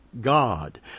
God